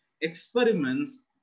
experiments